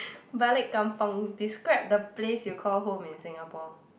balik kampung describe the place you call home in Singapore